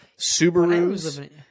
Subarus